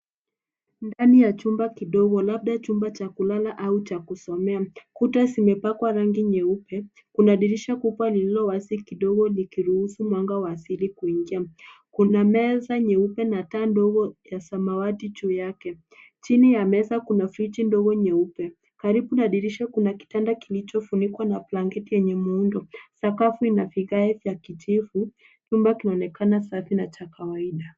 Ndani ya chumba kidogo labda chumba chaku lala au cha kusomea. Kuta zimepakwa rangi nyeupe. Kuna dirisha kubwa lililo wazi kidogo iki ruhusu mwanga wa asili kuingia. Kuna meza nyeupe na taa ndogo ya samawati juu yake. Chini ya meza kuna viti ndogo nyeupe. Karibu na dirisha kuna kitanda kilicho funikwa na blanketi yenye muundo. Sakafu inavigae vya kijivu. Chumba kinaonekana safi na cha kawaida.